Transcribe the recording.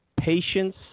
Patience